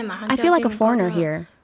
um i feel like a foreigner here.